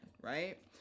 right